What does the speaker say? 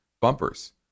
bumpers